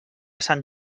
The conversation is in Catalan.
sant